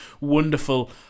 wonderful